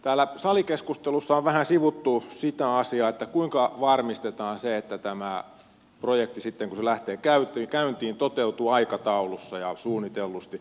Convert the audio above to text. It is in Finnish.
täällä salikeskustelussa on vähän sivuttu sitä asiaa kuinka varmistetaan se että tämä projekti sitten kun se lähtee käyntiin toteutuu aikataulussa ja suunnitellusti